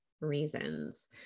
reasons